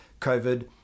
COVID